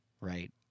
right